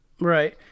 Right